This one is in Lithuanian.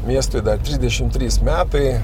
miestui dar trisdešim trys metai